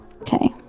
Okay